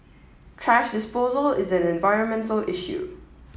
thrash disposal is an environmental issue